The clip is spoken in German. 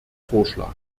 vorschlags